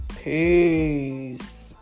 Peace